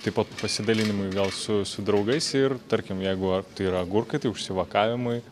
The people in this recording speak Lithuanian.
taip pat pasidalinimui gal su su draugais ir tarkim jeigu ar tai yra agurkai tai užsivakavimui